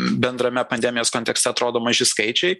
bendrame pandemijos kontekste atrodo maži skaičiai